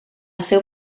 seu